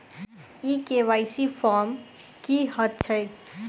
ई KYC form की हएत छै?